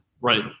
Right